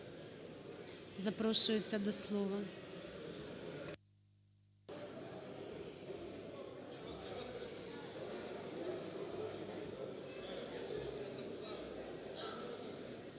запрошується до слова.